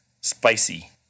spicy